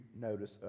notice